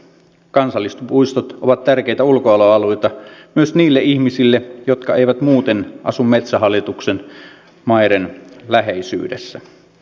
kansallispuistot ovat tärkeitä ulkoilualueita myös niille ihmisille jotka eivät muuten asu metsähallituksen maiden läheisyydessä